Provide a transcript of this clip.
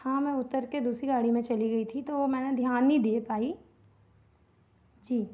हाँ मैं उतर कर दूसरी गाड़ी में चली गई थी तो वह मैंने ध्यान नहीं दे पाई जी